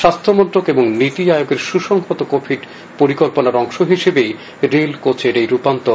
স্বাস্থ্যমন্ত্রক এবং নীতি আয়োগের সুসংহত কোভিড পরিকল্পনার অংশ হিসেবেই রেল কোচের এই রূপান্তর